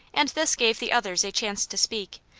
and this gave the others a chance to speak,